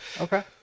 Okay